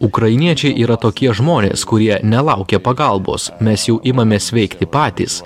ukrainiečiai yra tokie žmonės kurie nelaukia pagalbos mes jau imamės veikti patys